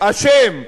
הממשלה אשם.